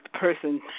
person